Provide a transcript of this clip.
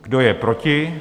Kdo je proti?